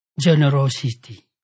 generosity